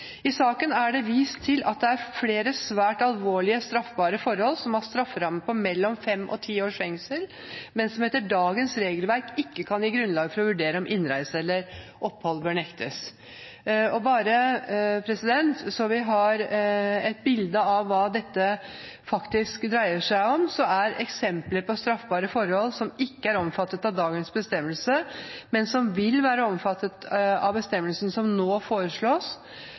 I saken er det vist til at det er flere svært alvorlige straffbare forhold som har strafferamme på mellom fem og ti års fengsel, men som etter dagens regelverk ikke kan gi grunnlag for å vurdere om innreise eller opphold bør nektes. Bare så vi har et bilde av hva dette faktisk dreier seg om: Eksempler på straffbare forhold som ikke er omfattet av dagens bestemmelse, men som vil være omfattet av bestemmelsen som nå foreslås,